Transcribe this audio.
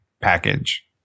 package